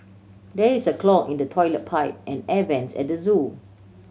there is a clog in the toilet pipe and air vents at the zoo